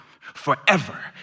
forever